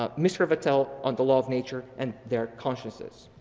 um mr. vattel on the law of nature and their consciousness.